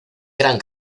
gran